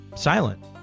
silent